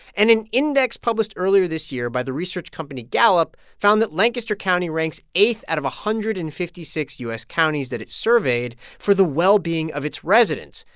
and an index published earlier this year by the research company gallup found that lancaster county ranks eighth out of one hundred and fifty six u s. counties that it surveyed for the well-being of its residents,